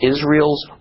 Israel's